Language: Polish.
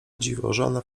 dziwożona